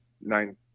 nine